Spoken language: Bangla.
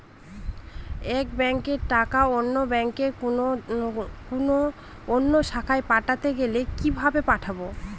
এক ব্যাংকের টাকা অন্য ব্যাংকের কোন অন্য শাখায় পাঠাতে গেলে কিভাবে পাঠাবো?